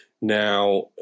Now